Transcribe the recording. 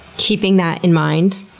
keeping that in mind?